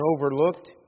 overlooked